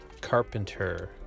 carpenter